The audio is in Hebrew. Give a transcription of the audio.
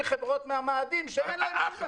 חברות מהמאדים שלא עשו עבודה עם אף אחד.